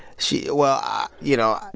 she well, you know,